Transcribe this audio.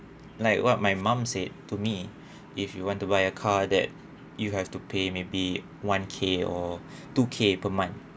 like what my mum said to me if you want to buy a car that you have to pay maybe one k or two k per month